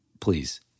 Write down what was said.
please